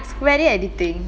ya it's very addictive